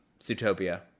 Zootopia